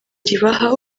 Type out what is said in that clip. ribaha